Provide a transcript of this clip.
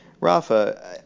Rafa